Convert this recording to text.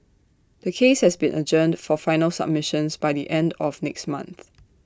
the case has been adjourned for final submissions by the end of next month